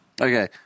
Okay